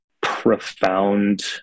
profound